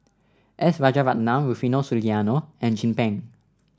S Rajaratnam Rufino Soliano and Chin Peng